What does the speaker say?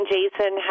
Jason